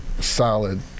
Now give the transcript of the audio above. solid